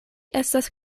estas